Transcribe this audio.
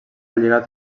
lligat